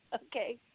Okay